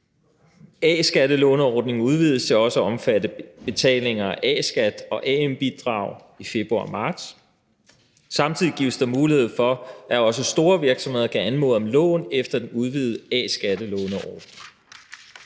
A-skattelåneordningen udvides til også at omfatte betalinger af A-skat og AM-bidrag i februar og marts. Samtidig gives der mulighed for, at også store virksomheder kan anmode om lån efter den udvidede A-skattelåneordning.